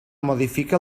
modifica